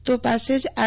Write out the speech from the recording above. તો પાસે જ આર